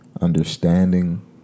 understanding